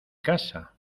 casa